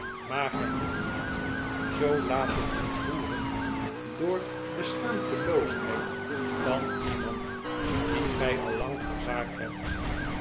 maar gij moet u niet zoo laten ontroeren door de schaamteloosheid van iemand dien gij al lang verzaakt hebt